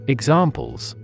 Examples